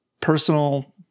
personal